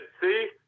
see